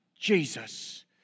Jesus